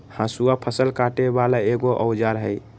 हसुआ फ़सल काटे बला एगो औजार हई